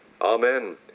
Amen